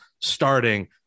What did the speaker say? starting